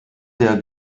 der